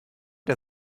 der